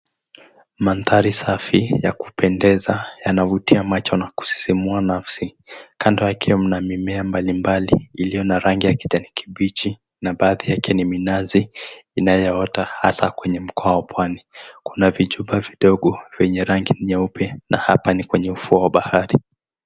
Mandhari safi na kupendeza yanavutia macho na kusisimua nafsi kando yake mna mimea mbalimbali iliyo na rangi ya kijani kibichi na baadhi yake ni minazi inayoota hasa kwenye mkoa wa Pwani, kuna vijumba vidogo venye rangi nyeupe na hapa ni kwenye ufuo wa bahari.